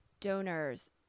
donors